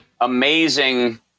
amazing